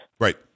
Right